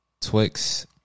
Twix